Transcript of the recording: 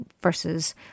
versus